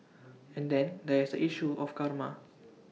and then there is A issue of karma